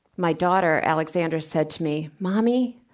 my daughter alexander said to me, mommy,